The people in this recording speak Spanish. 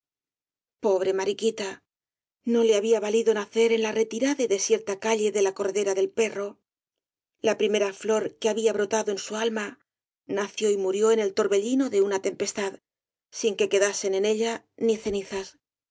pobre mariquita no le había valido nacer en la tomo i v rosalía de castro retirada y desierta calle de la corredera del perro la primera flor que había brotado en su alma nació y murió en el torbellino de una tempestad sin que quedasen de ella ni cenizas